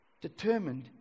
determined